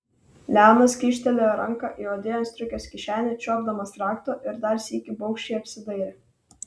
leonas kyštelėjo ranką į odinės striukės kišenę čiuopdamas rakto ir dar sykį baugščiai apsidairė